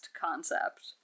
concept